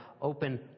open